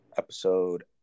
episode